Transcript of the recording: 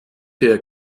der